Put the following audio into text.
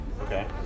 Okay